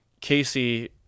Casey